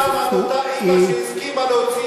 חשבת פעם על אותה אימא שהסכימה להוציא